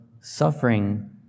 suffering